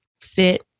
sit